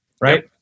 right